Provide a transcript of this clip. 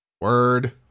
Word